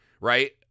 right